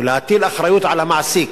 ולהטיל אחריות על המעסיק.